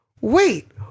wait